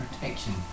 protection